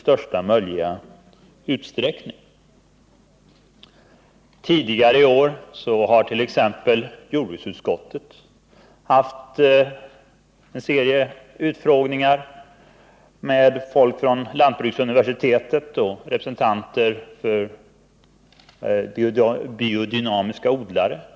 Tidigare i år har t.ex. jordbruksutskottet haft en serie utfrågningar med folk från lantbruksuniversitetet och representanter för biodynamiska odlare.